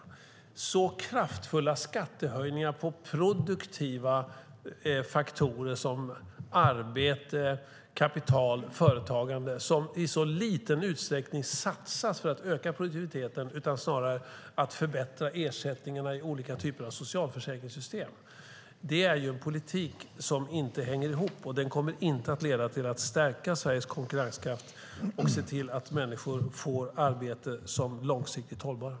Det handlar om så kraftfulla skattehöjningar på produktiva faktorer som arbete, kapital och företagande som i så liten utsträckning satsas för att öka produktiviteten utan snarare används för att förbättra ersättningarna i olika typer av socialförsäkringssystem. Det är en politik som inte hänger ihop. Den kommer inte att leda till att stärka Sveriges konkurrenskraft och se till att människor får arbeten som är långsiktigt hållbara.